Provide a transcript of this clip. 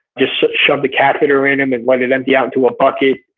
just shoved a catheter in him and let it empty out into a bucket.